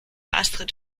astrid